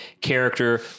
character